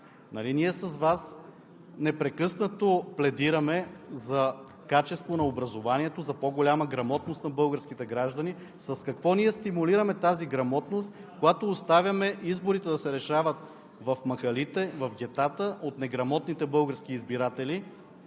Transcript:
ние с Вас непрекъснато пледираме за качество на образованието, за по-голяма грамотност на българските граждани. С какво ние стимулираме тази грамотност, когато оставяме изборите да се решават в махалите, в гетата от неграмотните български избиратели,